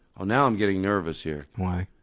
ah now i'm getting nervous here. why?